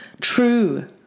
true